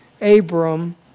Abram